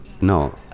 no